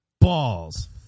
balls